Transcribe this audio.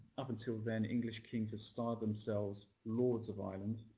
up until then, english kings had starred themselves lords of ireland.